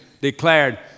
declared